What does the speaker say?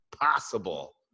possible